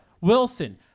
Wilson